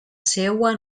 seua